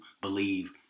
believe